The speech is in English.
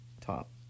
top